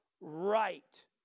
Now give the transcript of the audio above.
right